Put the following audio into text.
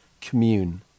commune